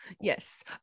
Yes